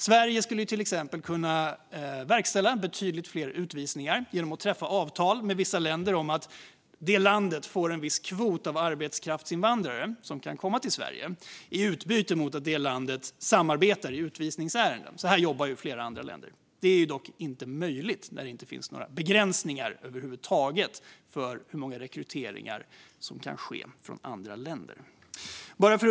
Sverige skulle till exempel kunna verkställa betydligt fler utvisningar genom att träffa avtal med vissa länder om att landet tilldelas en viss kvot arbetskraftsinvandrare som kan komma till Sverige i utbyte mot att landet samarbetar i utvisningsärenden. Så här jobbar flera andra länder, men det är ju inte möjligt när det inte finns några begränsningar över huvud taget för hur många rekryteringar från andra länder som kan göras.